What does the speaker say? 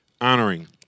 honoring